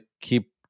keep